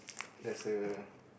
there's a